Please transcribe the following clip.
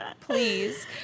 Please